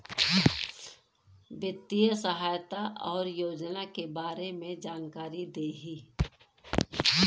वित्तीय सहायता और योजना के बारे में जानकारी देही?